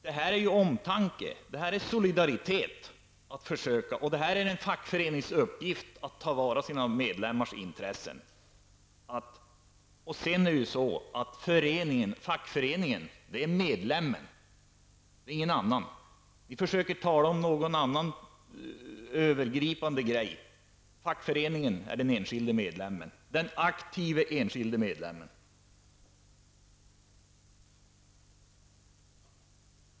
Det är fråga om omtanke och solidaritet. Det är en fackförenings uppgift att ta till vara sina medlemmars intressen. En fackförening utgörs av medlemmar, inga andra. Ni försöker tala om någon övergripande grej, men fackföreningar utgörs av aktiva enskilda medlemmar.